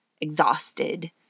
exhausted